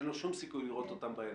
אין לו שום סיכוי לראות אותם בעיניים.